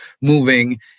moving